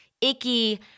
icky